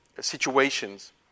situations